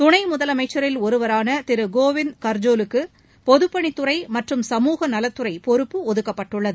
துணை முதலனமச்சரில் ஒருவரான திரு கோவிந்த் கர்ஜோலுக்கு பொதுப்பணித்துறை மற்றும் சமூக நலத்துறை பொறுப்பு ஒதுக்கப்பட்டுள்ளது